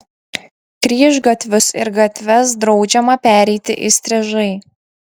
kryžgatvius ir gatves draudžiama pereiti įstrižai